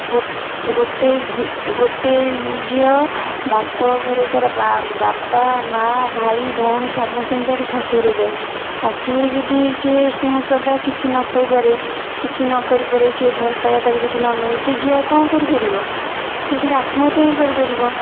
ଗୋ ଗୋଟେ ଗୋଟେ ଝିଅ ବାପଘରେ ତା'ର ବାପା ମାଆ ଭାଇ ଭଉଣୀ ସମସ୍ତଙ୍କୁ ଛାଡ଼ି ଶାଶୁଘରକୁ ଯାଏ ଶାଶୁଘରେ ଯଦି ସିଏ ସ୍ନେହ ଶ୍ରଦ୍ଧା କିଛି ନ ପାଇପାରେ କିଛି ନ କରି ପାରେ ସେ ଭଲପାଇବା ତାକୁ ଯଦି ନ ମିଳେ ସେ ଝିଅ ଆଉ କ'ଣ କରିପାରିବ ଶେଷକୁ ଆତ୍ମହତ୍ୟା ହିଁ କରିପାରିବ